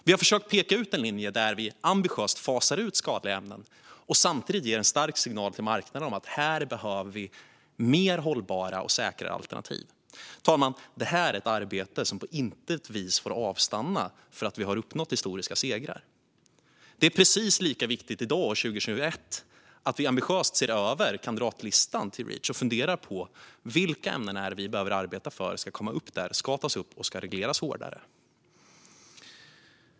Vi har försökt peka ut en linje där vi ambitiöst fasar ut skadliga ämnen och samtidigt ger en stark signal till marknaden om att vi behöver mer hållbara och säkra alternativ. Fru talman! Det här är ett arbete som på intet vis får avstanna för att vi har uppnått historiska segrar. Det är precis lika viktigt i dag, 2021, att vi ambitiöst ser över kandidatlistan till Reach och funderar på vilka ämnen vi behöver arbeta för att få upp där så att de kan regleras hårdare.